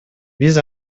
биз